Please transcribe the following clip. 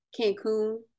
Cancun